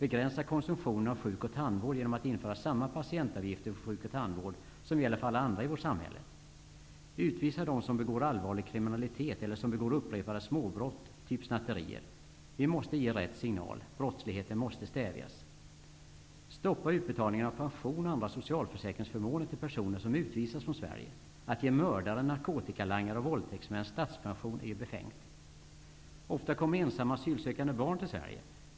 Begränsa konsumtionen av sjuk och tandvård genom att införa samma patientavgifter för sjukoch tandvård som gäller för alla andra i vårt sam hälle. Utvisa den som begår allvarliga kriminella brott eller som begår upprepade småbrott -- typ snatte rier. Vi måste ge rätt signal. Brottsligheten måste stävjas. Stoppa utbetalningen av pension och andra so cialförsäkringsförmåner till personer som utvisats från Sverige. Att ge mördare, narkotikalangare och våldtäktsmän statspension är ju befängt. Ofta kommer ensamma asylsökande barn till Sverige.